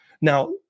Now